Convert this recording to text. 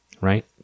right